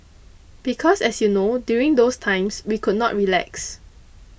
because as you know during those times we could not relax